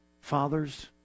fathers